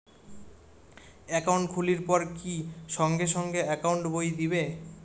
Account খুলির পর কি সঙ্গে সঙ্গে একাউন্ট বই দিবে?